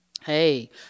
Hey